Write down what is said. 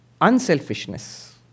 unselfishness